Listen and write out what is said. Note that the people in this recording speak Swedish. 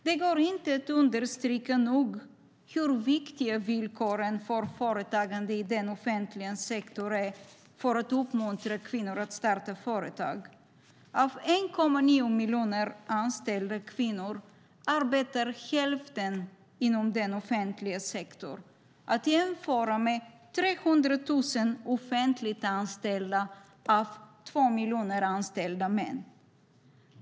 Det går inte att nog understryka hur viktiga villkoren för företagande i den offentliga sektorn är för att uppmuntra kvinnor att starta företag. Av 1,9 miljoner anställda kvinnor arbetar hälften inom den offentliga sektorn, att jämföra med bara 300 000 offentligt anställda av totalt 2 miljoner anställda män.